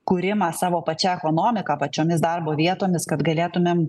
kūrimą savo pačia ekonomika pačiomis darbo vietomis kad galėtumėm